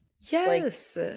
Yes